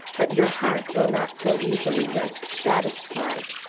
but your heart will not so easily rest satisfied.